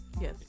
Yes